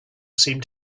seemed